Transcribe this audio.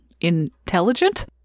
intelligent